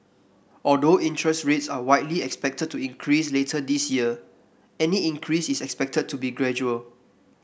although interest rates are widely expected to increase later this year any increase is expected to be gradual